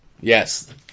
Yes